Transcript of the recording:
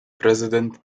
president